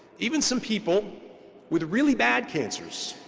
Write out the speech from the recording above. even some people with really bad cancers,